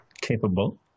capable